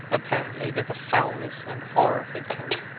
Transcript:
apparently, that the foulness and horror had come.